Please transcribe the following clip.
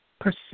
pursue